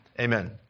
Amen